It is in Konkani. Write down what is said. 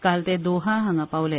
काल ते दोहा हांगा पावले